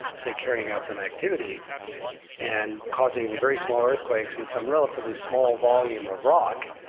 say, carrying out some activity and causing very small earthquakes in some relatively small volume of rock,